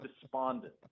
despondent